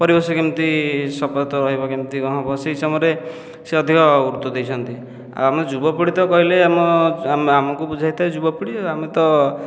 ପରିବେଶ କେମିତି ସଫା ତ ରହିବ କେମିତି କ'ଣ ହେବ ସେହି ସମୟରେ ସେ ଅଧିକ ଗୁରୁତ୍ୱ ଦେଇଛନ୍ତି ଆଉ ଆମେ ଯୁବପିଢ଼ି ତ କହିଲେ ଆମ ଆମକୁ ବୁଝାଇଥାଏ ଯୁବପିଢ଼ି ଆଉ ଆମେ ତ